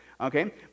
Okay